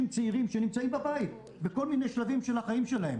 צעירים שנמצאים בבית בכל מיני שלבים של החיים שלהם.